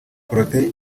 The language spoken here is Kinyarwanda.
protais